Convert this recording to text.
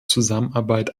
zusammenarbeit